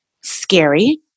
scary